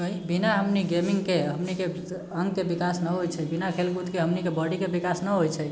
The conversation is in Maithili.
बिना हमनी गेमिङ्गके हमनीके अङ्गके विकास नहि होइत छै बिना खेलकूदके हमनीके बॉडीके विकास नहि होइत छै